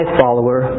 follower